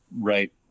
Right